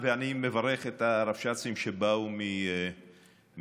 ואני מברך את הרבש"צים שבאו מהעוטף.